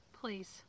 Please